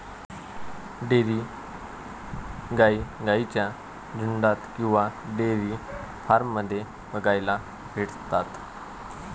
dairy गाई गाईंच्या झुन्डात किंवा डेयरी फार्म मध्ये बघायला भेटतात